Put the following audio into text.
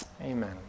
Amen